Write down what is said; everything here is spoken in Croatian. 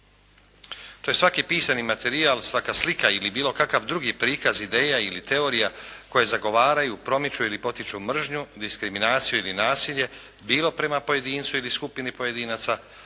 To je svaki pisani materijal, svaka slika ili bilo kakav drugi prikaz ideja ili teorija koje zagovaraju, promiču ili potiču mržnju, diskriminaciju ili nasilje bilo prema pojedincu ili skupini pojedinaca